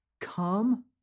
come